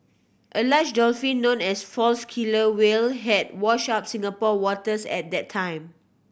a large dolphin known as false killer whale had washed up Singapore waters at that time